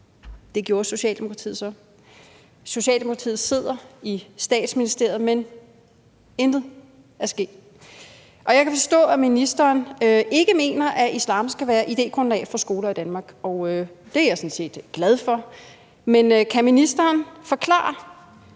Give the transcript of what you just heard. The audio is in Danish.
Det gjorde Socialdemokratiet så: Socialdemokratiet sidder i Statsministeriet, men intet er sket. Og jeg kan forstå, at ministeren ikke mener, at islam skal være idégrundlag for skoler i Danmark, og det er jeg sådan set glad for, men kan ministeren forklare,